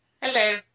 Hello